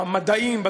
במדעים,